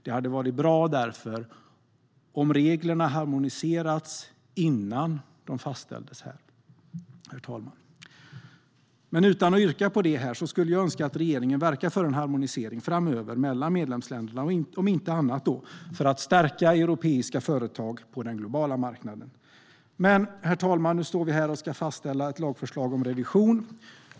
Det hade därför varit bra om reglerna harmoniserats innan de fastställdes här, herr talman. Utan att yrka på det i kammaren skulle jag önska att regeringen framöver verkar för en harmonisering mellan medlemsländerna, om inte annat för att stärka europeiska företag på den globala marknaden. Herr talman! Nu står vi dock här och ska fastställa ett lagförslag om revison.